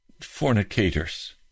fornicators